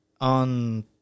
On